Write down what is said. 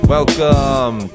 Welcome